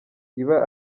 iba